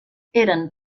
eren